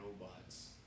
robots